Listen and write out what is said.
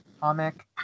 comic